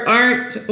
art